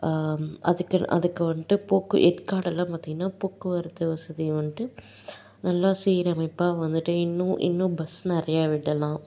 அதுக்கு அதுக்கு வந்துட்டு போக்கு ஏற்காடு எல்லாம் பார்த்தீங்கன்னா போக்குவரத்து வசதியை வந்துட்டு நல்லா சீரமைப்பாக வந்துட்டு இன்னும் இன்னும் பஸ் நிறையா விடலாம்